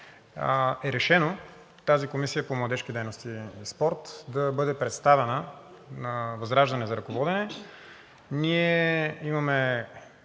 е решено тази комисия по младежки дейности и спорт да бъде предоставена на ВЪЗРАЖДАНЕ за ръководене.